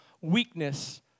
weakness